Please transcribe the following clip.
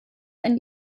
ein